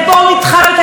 אז כל הכבוד,